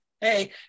hey